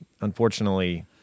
unfortunately